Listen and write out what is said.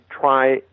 try